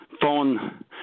Phone